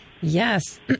Yes